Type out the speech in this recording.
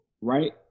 Right